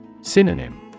Synonym